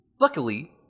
Luckily